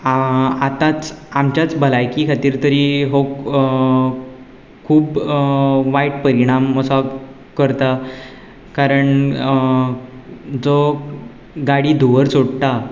आतांच आमच्याच भलायकी खातीर तरी हो खूब वायट परिणाम असो करता कारण जो गाडी धुंवर सोडटा